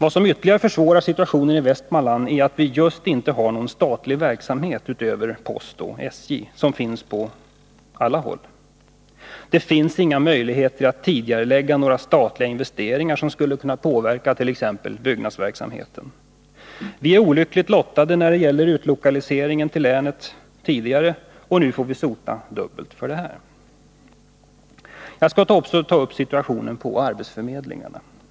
Vad som ytterligare försvårar situationen i Västmanland är att vi just inte har någon statlig verksamhet utöver posten och SJ, som finns på alla håll. Det finns inga möjligheter att tidigarelägga några statliga investeringar som skulle kunna påverka t.ex. byggnadsverksamheten. Vi är redan tidigare olyckligt lottade när det gäller utlokaliseringen till länet, och nu får vi sota dubbelt för detta. Jag skall också ta upp situationen på arbetsförmedlingarna.